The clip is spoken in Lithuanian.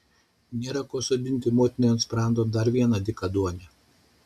nėra ko sodinti motinai ant sprando dar vieną dykaduonę